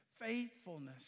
faithfulness